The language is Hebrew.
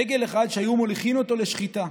עגל אחד שהיו מוליכים אותו לשחיטה,